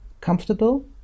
comfortable